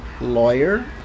lawyer